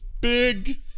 big